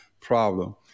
problem